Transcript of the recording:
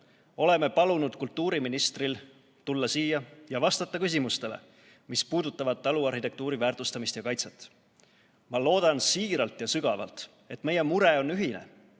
oleme palunud kultuuriministril tulla siia ja vastata küsimustele, mis puudutavad taluarhitektuuri väärtustamist ja kaitset. Ma loodan siiralt ja sügavalt, et meie mure on ühine,